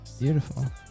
beautiful